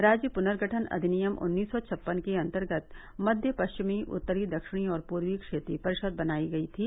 राज्य पुनर्गठन अधिनियम उन्नीस सौ छप्पन के अन्तर्गत मध्य पश्चिमी उत्तरी दक्षिणी और पूर्वी क्षेत्रीय परिषद बनाई गई थी